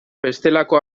bestelako